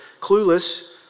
clueless